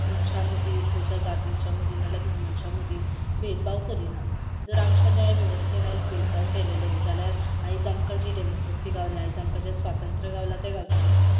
खंयच्या जातींच्या मदीं जाल्यार जातींच्या मदीं भेदभाव करिना जर आमच्या न्यायवेवस्तेन आयज बेदबाव केलेलो जाल्यार आयज आमकां जी डेमोस्क्रेसी गावल्या आयज आमकां जें स्वातंत्र्य गांवलां तें गावचें नासलें